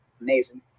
amazing